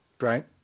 right